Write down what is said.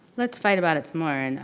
let's fight about it some more. and